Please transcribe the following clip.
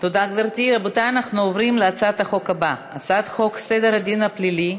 בית-החולים הממוגן במרכז הרפואי רמב"ם.